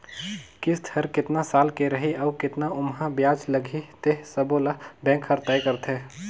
किस्त हर केतना साल के रही अउ केतना ओमहा बियाज लगही ते सबो ल बेंक हर तय करथे